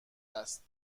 است